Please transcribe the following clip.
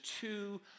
two